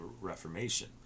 reformation